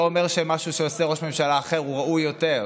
אומר שמשהו שעושה ראש ממשלה אחר הוא ראוי יותר.